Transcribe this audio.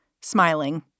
smiling